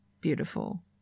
beautiful